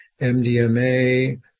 MDMA